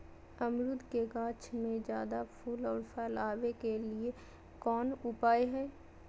अमरूद के गाछ में ज्यादा फुल और फल आबे के लिए कौन उपाय है?